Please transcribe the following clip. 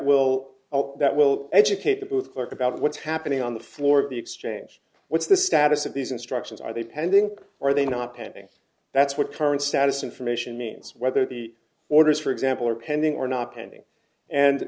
will that will educate the booth clerk about what's happening on the floor of the exchange what's the status of these instructions are they pending or are they not pending that's what current status information means whether the orders for example are pending or not pending and